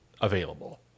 available